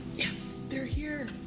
yes, they're here!